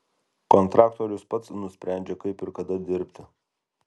kontraktorius pats nusprendžia kaip ir kada dirbti